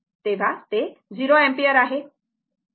तर ते 0 अँपिअर आहे